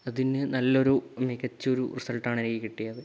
അതിന് നല്ലൊരു മികച്ചൊരു റിസൽട്ടാണെനിക്ക് കിട്ടിയത്